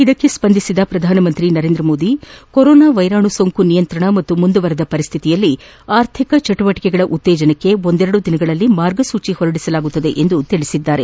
ಇದಕ್ಕೆ ಸ್ಪಂದಿಸಿದ ಪ್ರಧಾನಿ ನರೇಂದ್ರ ಮೋದಿ ಕೊರೊನಾ ವೈರಾಣು ಸೋಂಕು ನಿಯಂತ್ರಣ ಪಾಗೂ ಮುಂದುವರೆದ ಪರಿಸ್ತಿತಿಯಲ್ಲಿ ಆರ್ಥಿಕ ಚಟುವಟಿಕೆಗಳ ಉತ್ತೇಜನಕ್ಕೆ ಒಂದೆರಡು ದಿನದಲ್ಲಿ ಮಾರ್ಗಸೂಚಿಗಳನ್ನು ಹೊರಡಿಸಲಾಗುವುದು ಎಂದು ತಿಳಿಸಿದರು